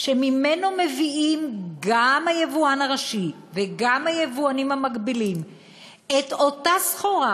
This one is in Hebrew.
שממנו מביאים גם היבואן הראשי וגם היבואנים המקבילים את אותה סחורה,